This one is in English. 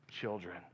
children